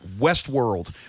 Westworld